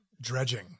dredging